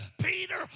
Peter